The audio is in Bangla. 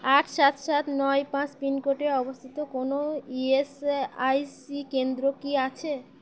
আট সাত সাত নয় পাঁচ পিনকোডে অবস্থিত কোনও ইএসআইসি কেন্দ্র কি আছে